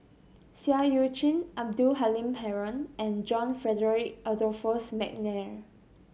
Seah Eu Chin Abdul Halim Haron and John Frederick Adolphus McNair